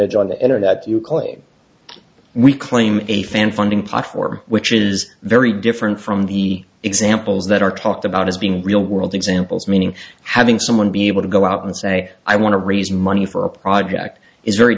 age on the enter that you claim we claim a fan funding platform which is very different from the examples that are talked about as being real world examples meaning having someone be able to go out and say i want to raise money for a project is very